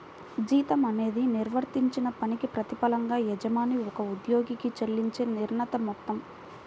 జీతం అనేది నిర్వర్తించిన పనికి ప్రతిఫలంగా యజమాని ఒక ఉద్యోగికి చెల్లించే నిర్ణీత మొత్తం